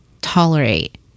tolerate